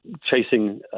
chasing